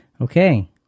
Okay